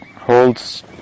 holds